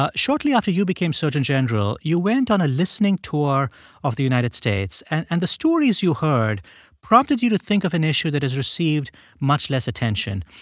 ah shortly after you became surgeon general, you went on a listening tour of the united states. and and the stories you heard prompted you to think of an issue that has received much less attention.